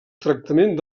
tractament